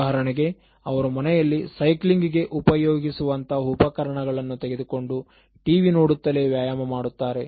ಉದಾಹರಣೆಗೆ ಅವರು ಮನೆಯಲ್ಲಿ ಸೈಕ್ಲಿಂಗ್ ಗೆ ಉಪಯೋಗಿಸುವಂತಹ ಉಪಕರಣಗಳನ್ನು ತೆಗೆದುಕೊಂಡು TV ನೋಡುತ್ತಲೇ ವ್ಯಾಯಾಮ ಮಾಡುತ್ತಾರೆ